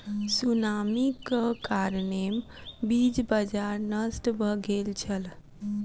सुनामीक कारणेँ बीज बाजार नष्ट भ गेल छल